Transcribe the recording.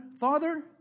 Father